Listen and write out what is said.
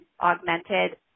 augmented